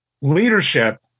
Leadership